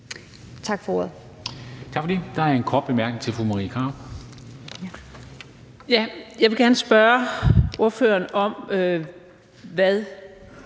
Tak for ordet.